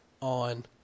on